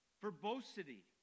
Verbosity